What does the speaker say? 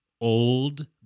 old